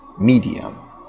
medium